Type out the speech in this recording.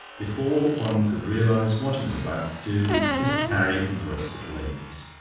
before one could realise what he was about to do, he kissed carrie and the rest of the ladies.